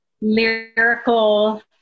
lyrical